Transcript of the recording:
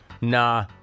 nah